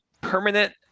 permanent